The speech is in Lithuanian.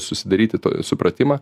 susidaryti supratimą